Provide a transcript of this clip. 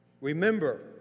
Remember